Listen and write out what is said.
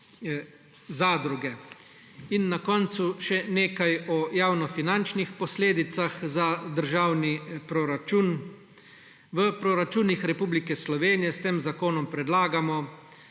In na koncu še nekaj o javnofinančnih posledicah za državni proračun. V proračunih Republike Slovenije s tem zakonom predlagamo,